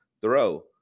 throw